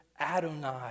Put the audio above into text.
Adonai